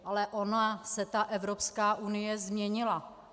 Ale ona se ta Evropská unie změnila.